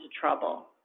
trouble